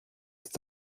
ist